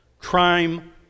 Crime